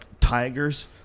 tigers